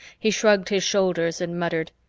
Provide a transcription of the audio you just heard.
he shrugged his shoulders and muttered,